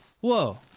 Whoa